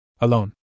Alone